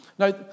Now